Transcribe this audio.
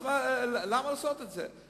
אז למה לעשות את זה?